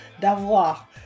d'avoir